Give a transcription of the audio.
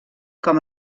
com